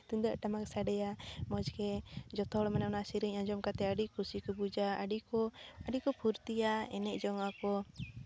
ᱛᱩᱢᱫᱟᱹᱜ ᱴᱟᱢᱟᱠ ᱥᱟᱰᱮᱭᱟ ᱢᱚᱡᱽᱜᱮ ᱡᱚᱛᱚ ᱦᱚᱲ ᱢᱟᱱᱮ ᱚᱱᱟ ᱥᱮᱨᱮᱧ ᱟᱸᱡᱚᱢ ᱠᱟᱛᱮ ᱟᱹᱰᱤ ᱠᱩᱥᱤ ᱠᱚ ᱵᱩᱡᱟ ᱟᱹᱰᱤ ᱠᱚ ᱟᱹᱰᱤ ᱠᱚ ᱯᱷᱩᱨᱛᱤᱭᱟ ᱮᱱᱮᱡ ᱡᱚᱝᱟ ᱠᱚ